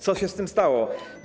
Co się z tym stało?